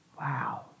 Wow